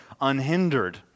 unhindered